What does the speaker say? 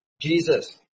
Jesus